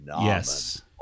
yes